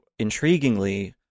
intriguingly